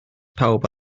pawb